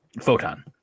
Photon